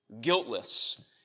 guiltless